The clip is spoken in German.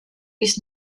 bis